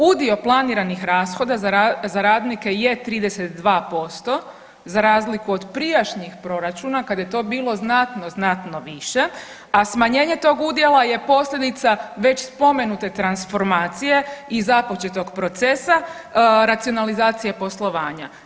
Udio planiranih rashoda za radnike je 32% za razliku od prijašnjih proračuna kada je to bilo znatno, znatno više, a smanjenje tog udjela je posljedica već spomenute transformacije i započetog procesa racionalizacije poslovanja.